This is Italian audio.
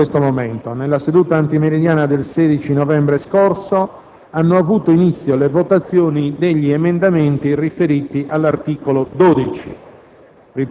nella seduta antimeridiana del 16 novembre ha avuto inizio la votazione degli emendamenti presentati all'articolo 12.